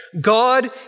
God